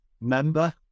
member